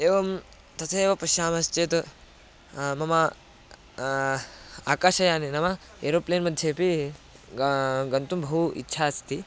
एवं तथैव पश्यामः चेत् मम आकाशयाने नाम एरोप्लेन् मध्येपि गा गन्तुं बहु इच्छा अस्ति